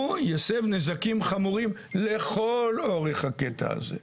הוא יסב נזקים חמורים לכל אורך הקטע הזה.